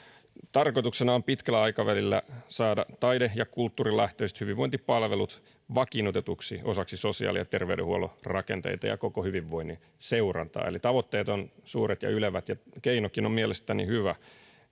tarkoituksena on pitkällä aikavälillä saada taide ja kulttuurilähtöiset hyvinvointipalvelut vakiinnutetuksi osaksi sosiaali ja terveydenhuollon rakenteita ja koko hyvinvoinnin seurantaa eli tavoitteet ovat suuret ja ylevät ja keinokin on mielestäni hyvä